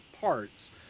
parts